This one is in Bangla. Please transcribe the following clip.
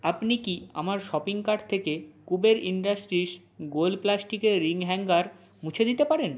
আপনি কি আমার শপিং কার্ট থেকে কুবের ইন্ডাস্ট্রিজ গোল প্লাস্টিকের রিং হ্যাঙ্গার মুছে দিতে পারেন